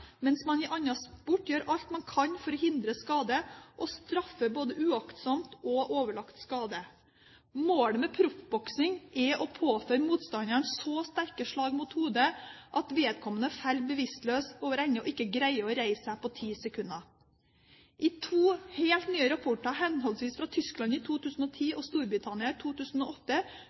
mens man i annen sport gjør alt man kan for å hindre skade, og straffer både uaktsom og overlagt skade. Målet med proffboksing er å påføre motstanderen så sterke slag mot hodet at vedkommende faller bevisstløs over ende og ikke greier å reise seg på ti sekunder. I to helt nye rapporter, fra henholdsvis Tyskland i 2010 og Storbritannia i 2008,